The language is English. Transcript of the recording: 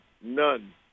none